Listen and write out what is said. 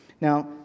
Now